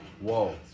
Whoa